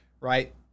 Right